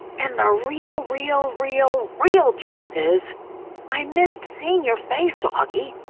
and the real, real, real, real truth is i missed seeing your face, so auggie.